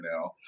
now